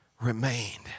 remained